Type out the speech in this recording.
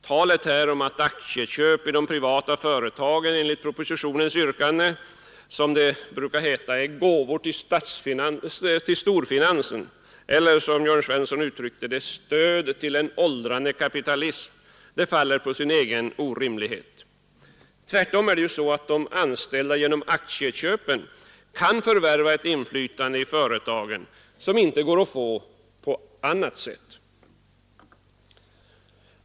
Talet här om att aktieköp i de privata företagen — enligt propositionens yrkande — skulle vara gåvor till storfinansen eller, som herr Svensson i Malmö uttryckte det, stöd till en åldrande kapitalism faller på sin egen orimlighet. Tvärtom är det ju så att de anställda genom aktieköpen kan förvärva ett inflytande i företagen som inte går att få på annat sätt.